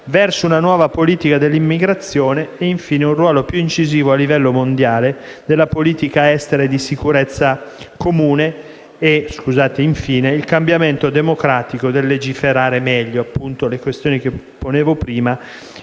verso una nuova politica dell'immigrazione; un ruolo più incisivo a livello mondiale della politica estera e di sicurezza comune e infine il cambiamento democratico del legiferare meglio, ovvero la questione che ponevo prima: